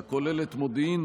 הכוללת מודיעין,